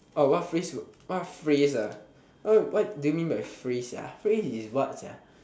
oh what phrase w~ what phrase ah what do you mean by phrase sia phrase is what sia